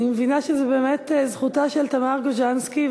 אני מבינה שזו באמת זכותה של תמר גוז'נסקי,